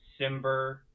Simber